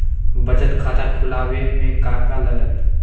बचत खाता खुला बे में का का लागत?